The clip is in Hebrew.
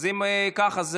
אם ככה,